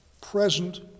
present